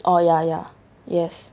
oh ya ya yes